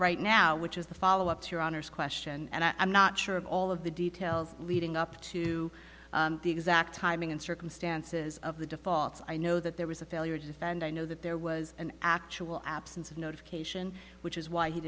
right now which is the follow up to your honor's question and i'm not sure of all of the details leading up to the exact timing and circumstances of the defaults i know that there was a failure to defend i know that there was an actual absence of notification which is why he